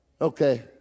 Okay